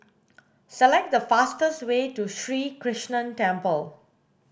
select the fastest way to Sri Krishnan Temple